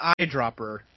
eyedropper